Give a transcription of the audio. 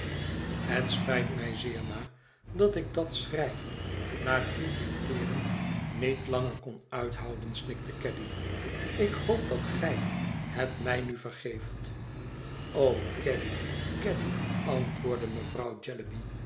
het spijt mij zeer ma dat ik dat schrijven naar uw dicteeren niet langer kon uithouden snikte caddy ik hoop dat gij het mij nu vergeeft o caddy caddy antwoordde mevrouw